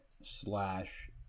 slash